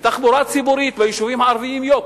ותחבורה ציבורית ביישובים הערביים היא "יוק".